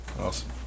Awesome